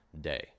day